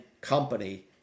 company